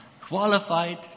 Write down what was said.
qualified